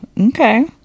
Okay